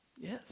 Yes